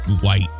white